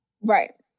Right